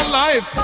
life